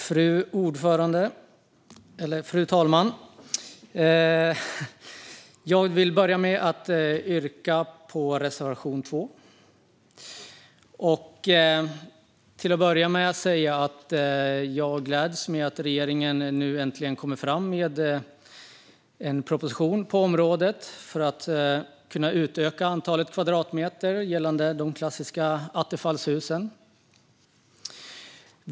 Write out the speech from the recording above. Fru talman! Jag vill börja med att yrka bifall till reservation 2 och säga att jag gläds över att regeringen nu äntligen kommer med en proposition på området för att kunna utöka antalet kvadratmeter gällande de klassiska attefallshusen.